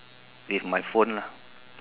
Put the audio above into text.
with my phone lah